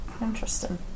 Interesting